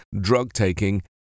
drug-taking